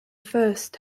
first